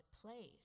place